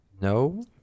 No